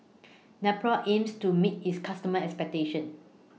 Nepro aims to meet its customers' expectations